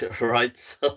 Right